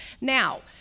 Now